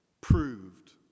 proved